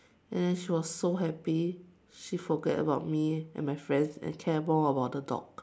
and then she was so happy she forget about me and my friends and care more about the dog